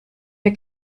wir